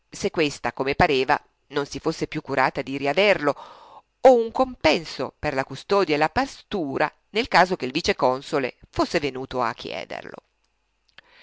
se questa come pareva non si fosse più curata di riaverlo o un compenso per la custodia e la pastura nel caso che il vice-console fosse venuto a chiederlo